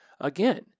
again